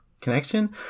connection